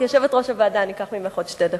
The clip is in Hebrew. כיושבת-ראש הוועדה, אני אקח ממך עוד שתי דקות.